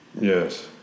Yes